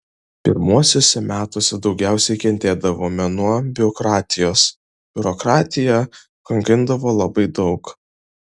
pirmuosiuose metuose daugiausiai kentėdavome nuo biurokratijos biurokratija kankindavo labai daug